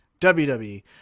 WWE